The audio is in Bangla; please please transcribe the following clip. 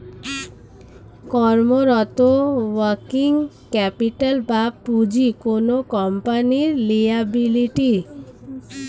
কর্মরত ওয়ার্কিং ক্যাপিটাল বা পুঁজি কোনো কোম্পানির লিয়াবিলিটি